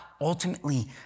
ultimately